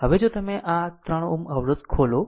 હવે જો તમે આ 3 Ω અવરોધ ખોલો